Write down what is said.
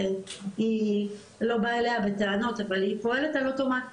אני לא באה אליה בטענות אבל היא פועלת על אוטומט,